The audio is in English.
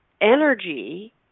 energy